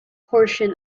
portion